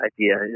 Idea